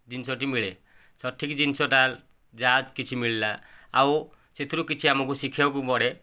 ଜନିଷଟି ମିଳେ ସଠିକ ଜନିଷଟା ଯାହା କିଛି ମିଳିଲା ଆଉ ସେଥିରୁ କିଛି ଆମକୁ ଶିଖିବାକୁ ପଡ଼େ